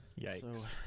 Yikes